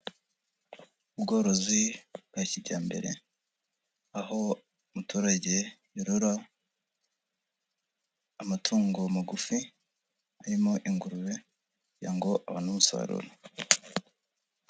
Ubworozi bwa kijyambere, aho umuturage yorora amatungo magufi arimo ingurube kugira ngo abone umusaruro.